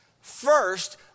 first